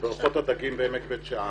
לבריכות הדגים בעמק בית שאן,